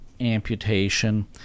amputation